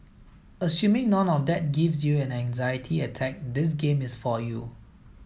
assuming none of that gives you an anxiety attack this game is for you